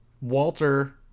Walter